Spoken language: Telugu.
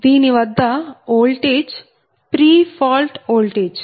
దీని వద్ద ఓల్టేజ్ ప్రీ ఫాల్ట్ ఓల్టేజ్